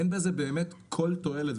אין בזה באמת כל תועלת,